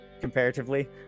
comparatively